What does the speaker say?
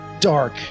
dark